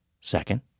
Second